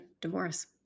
divorce